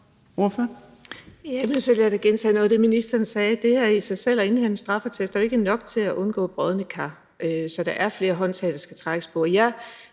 Jeg er nødt til lige at gentage noget af det, ministeren sagde. Det her med i sig selv at indhente en straffeattest er jo ikke nok til at undgå brodne kar. Så der er flere håndtag, der skal trækkes i,